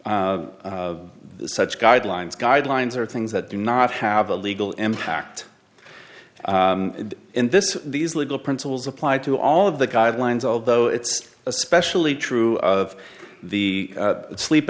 follow such guidelines guidelines are things that do not have a legal impact in this these legal principles apply to all of the guidelines although it's especially true of the sleep